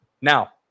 now